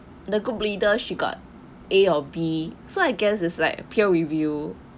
the group leader she got a or b so I guess is like peer review